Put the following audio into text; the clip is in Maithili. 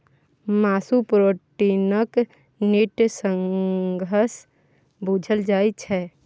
मासु प्रोटीनक नीक साधंश बुझल जाइ छै